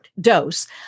dose